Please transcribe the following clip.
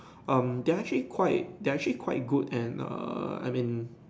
um they are actually quite they are actually quite good and err I mean